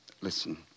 Listen